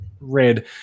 red